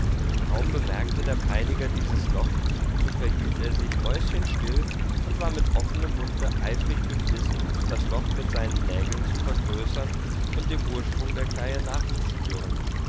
kaum bemerkte der peiniger dies loch so verhielt er sich mäuschenstill und war mit offenem munde eifrig beflissen das loch mit seinen nägeln zu vergrößern und dem ursprung der kleie nachzuspüren